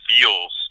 feels